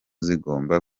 zigomba